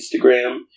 Instagram